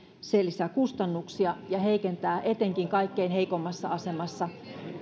lisää kustannuksia ja heikentää etenkin kaikkein heikoimmassa asemassa